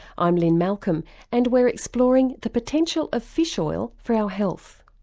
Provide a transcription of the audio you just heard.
i'm lynne malcolm and we're exploring the potential of fish oil for our health.